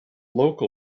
local